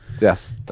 yes